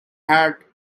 had